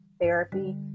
Therapy